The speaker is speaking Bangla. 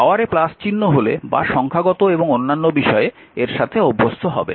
পাওয়ারে চিহ্ন হলে বা সংখ্যাগত এবং অন্যান্য বিষয়ে এর সাথে অভ্যস্ত হবেন